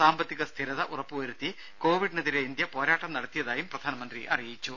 സാമ്പത്തിക സ്ഥിരത ഉറപ്പുവരുത്തി കോവിഡിനെതിരെ ഇന്ത്യ പോരാട്ടം നടത്തിയതായി പ്രധാനമന്ത്രി അറിയിച്ചു